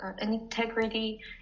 integrity